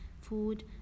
food